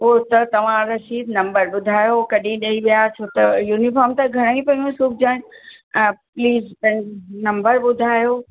उहो त तव्हां रशीद नम्बर ॿुधायो कॾहिं ॾई विया छो त युनिफॉम त घणी पियूं सिबजनि ऐं प्लीज़ पंहिंजो नम्बर ॿुधायो